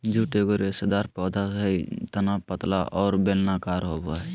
jute एगो रेशेदार पौधा हइ तना पतला और बेलनाकार होबो हइ